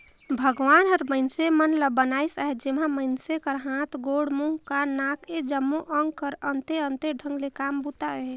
भगवान हर मइनसे ल बनाइस अहे जेम्हा मइनसे कर हाथ, गोड़, मुंह, कान, नाक ए जम्मो अग कर अन्ते अन्ते ढंग ले काम बूता अहे